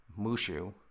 Mushu